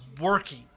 working